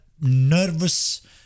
nervous